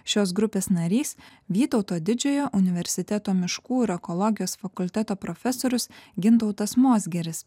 šios grupės narys vytauto didžiojo universiteto miškų ir ekologijos fakulteto profesorius gintautas mozgeris